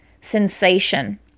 sensation